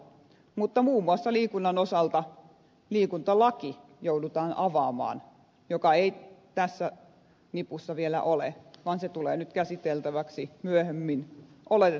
mutta muun muassa liikunnan osalta joudutaan avaamaan liikuntalaki joka ei tässä nipussa vielä ole vaan se tulee nyt käsiteltäväksi myöhemmin